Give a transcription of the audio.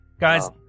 guys